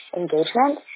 engagement